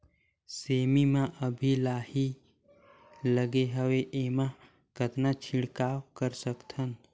सेमी म अभी लाही लगे हवे एमा कतना छिड़काव कर सकथन?